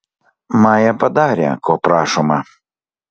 maja padarė ko prašoma